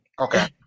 okay